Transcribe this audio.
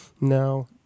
No